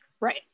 Right